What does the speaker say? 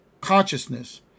consciousness